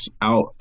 out